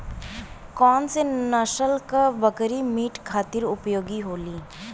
कौन से नसल क बकरी मीट खातिर उपयोग होली?